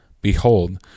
Behold